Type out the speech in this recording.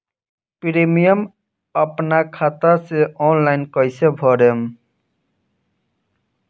Premium अपना खाता से ऑनलाइन कईसे भरेम?